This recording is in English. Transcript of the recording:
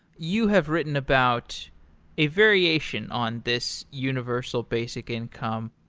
you have written about a variation on this universal basic income,